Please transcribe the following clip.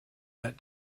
that